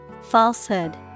Falsehood